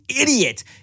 idiot